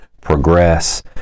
progress